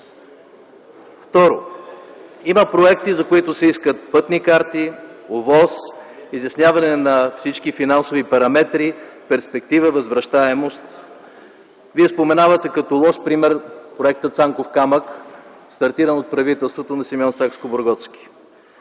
Второ, има проекти, за които се искат пътни карти, ОВОС, изясняване на всички финансови параметри, перспектива, възвръщаемост. Вие споменавате като лош пример проекта „Цанков камък”, стартиран от правителството на Симеон Сакскобургготски.